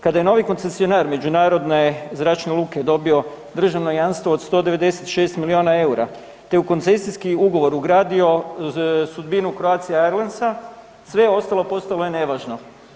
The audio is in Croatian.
Kada je novi koncesionar Međunarodne Zračne luke dobio državno jamstvo od 196 milijuna EUR-a, te u koncesijski ugovor ugradio sudbinu Croatia airlinesa sve ostalo postalo je nevažno.